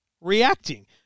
reacting